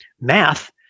math